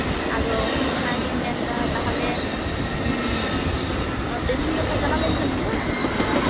ᱟᱫᱚ ᱚᱱᱟᱜᱤᱧ ᱢᱮᱱᱫᱟ ᱛᱟᱦᱚᱞᱮ ᱛᱮᱦᱮᱧ ᱜᱟᱯᱟ ᱪᱟᱞᱟᱣ ᱞᱮᱱᱠᱷᱟᱱ ᱦᱩᱭᱩᱜᱼᱟ